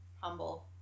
humble